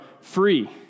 free